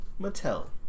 Mattel